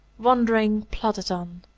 wondering, plodded on.